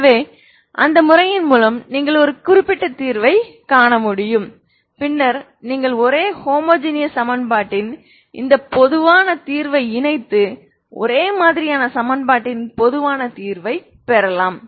எனவே அந்த முறையின் மூலம் நீங்கள் ஒரு குறிப்பிட்ட தீர்வைக் காணலாம் பின்னர் நீங்கள் ஒரே ஹோமோஜெனியஸ் சமன்பாட்டின் இந்த பொதுவான தீர்வை இணைத்து ஒரே மாதிரியான சமன்பாட்டின் பொதுவான தீர்வைப் பெறலாம்